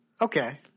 Okay